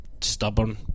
stubborn